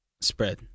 spread